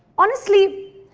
honestly,